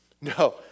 No